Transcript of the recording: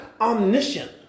omniscient